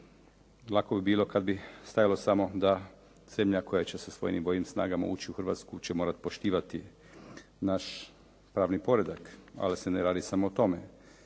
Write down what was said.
Lako bi bilo kada bi stajalo samo da zemlja koja će sa svojim vojnim snagama ući u Hrvatsku će morati poštivati naš pravni poredak, ali se ne radi samo o tome.